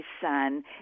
son